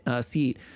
seat